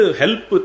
help